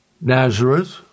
Nazareth